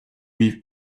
with